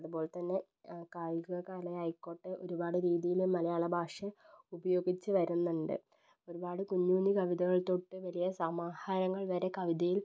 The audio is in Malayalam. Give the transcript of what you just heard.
അതുപോലതന്നെ കായിക കല ആയിക്കോട്ടെ ഒരുപാട് രീതിയില് മലയാള ഭാഷ ഉപയോഗിച്ച് വരുന്നുണ്ട് ഒരുപാട് കുഞ്ഞ് കുഞ്ഞ് കവിതകൾ തൊട്ട് വലിയ സമാഹാരങ്ങൾ വരെ കവിതയിൽ